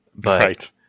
Right